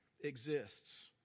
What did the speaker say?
exists